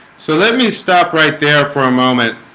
so let me stop right there for a moment